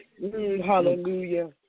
Hallelujah